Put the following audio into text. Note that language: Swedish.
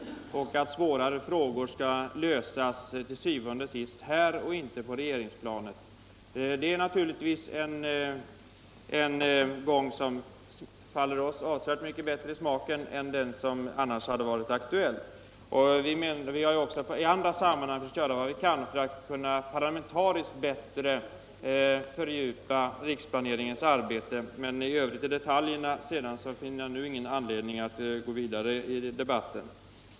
Vi har också uppnått att svårare problem til syvende og sidst skall lösas här och inte på regeringsplanet. Detta är naturligtvis en gång som faller oss avsevärt mycket bättre i smaken än den som annars hade varit aktuell. Vi har också i andra sammanhang försökt göra vad vi kan för att parlamentariskt fördjupa riksplaneringens arbete. Vad sedan detaljerna beträffar finner jag nu ingen anledning att gå vidare i debatten.